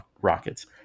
rockets